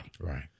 Right